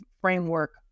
framework